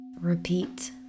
Repeat